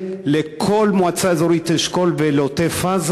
כאלה, לכל מועצה אזורית אשכול ולעוטף-עזה.